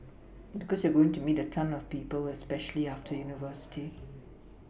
because you're going to meet a ton of people especially after university